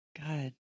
God